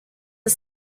are